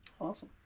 Awesome